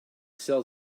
sell